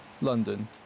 London